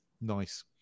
nice